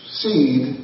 seed